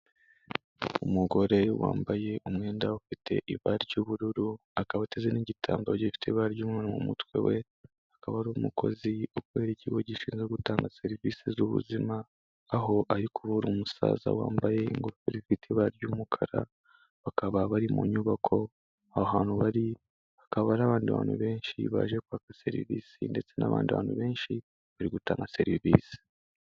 Umugore wambaye umwenda ufite ibara ry'ubururu akaba ateze n'igitambaro gifite ibara ry'umweru mu mutwe we, akaba ari umukozi ukorera ikigo gishinzwe gutanga serivisi z'ubuzima. Aho ari kuvura umusaza wambaye ingofero ifite ibara ry'umukara, bakaba bari mu nyubako, aho hantu hakaba hari abandi bantu benshi baje kwaka serivisi ndetse n'abandi bantu benshi bari gutanga serivisi.